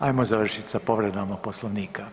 Hajmo završiti sa povredama Poslovnika.